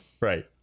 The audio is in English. Right